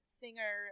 singer